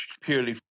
purely